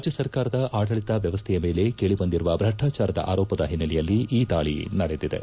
ರಾಜ್ಯ ಸರ್ಕಾರದ ಆಡಳಿತ ವ್ಯವಸ್ಥೆಯ ಮೇಲೆ ಕೇಳಿ ಬಂದಿರುವ ಭ್ರಷ್ಟಾಚಾರದ ಆರೋಪದ ಹಿನ್ನೆಲೆಯಲ್ಲಿ ಈ ದಾಳಿ ನಡೆದಿದೆ